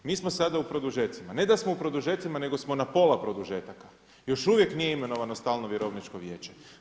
Mi smo sada u produžecima, ne da smo u produžecima nego smo na pola produžetaka, još uvijek nije imenovano stalno vjerovničko vijeće.